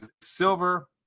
Silver